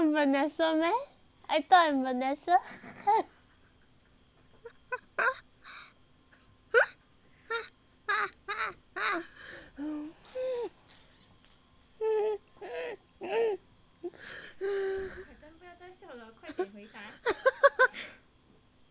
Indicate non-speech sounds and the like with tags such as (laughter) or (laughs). (laughs)